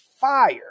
Fire